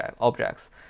objects